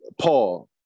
Paul